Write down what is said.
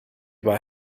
bei